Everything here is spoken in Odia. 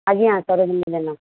ଆଜ୍ଞା ସରୋଜିନୀ ଜେନା